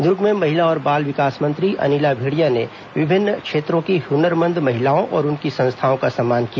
दुर्ग में महिला और बाल विकास मंत्री अनिला भेंडिया ने विभिन्न क्षेत्रों की हुनरमंद महिलाओं और उनकी संस्थाओं का सम्मान किया